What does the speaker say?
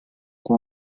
进攻